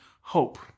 hope